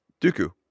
Dooku